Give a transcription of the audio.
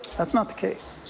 that's not the case.